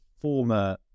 former